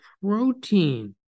protein